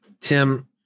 Tim